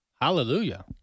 Hallelujah